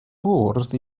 bwrdd